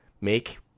Make